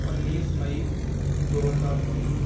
انیس مئی دو ہزار تین